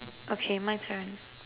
okay my turn